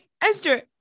Esther